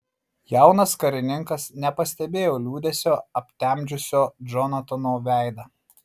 jaunas karininkas nepastebėjo liūdesio aptemdžiusio džonatano veidą